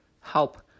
help